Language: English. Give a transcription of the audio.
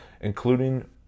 including